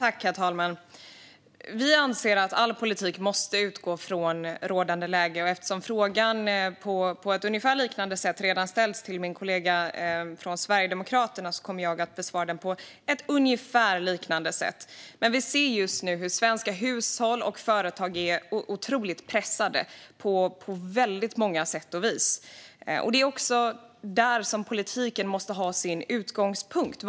Herr talman! Vi anser att all politik måste utgå från rådande läge. Eftersom frågan redan ställts till min kollega från Sverigedemokraterna kommer jag att besvara den på ett liknande sätt. Vi ser just nu hur svenska hushåll och företag är otroligt pressade på väldigt många sätt. Det är också där som politiken måste ha sin utgångspunkt.